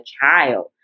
child